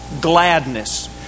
gladness